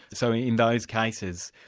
so in those cases,